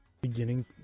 beginning